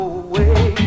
away